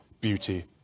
beauty